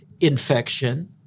infection